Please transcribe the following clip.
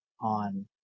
on